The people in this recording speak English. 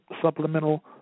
supplemental